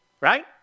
right